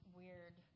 weird